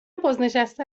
بازنشسته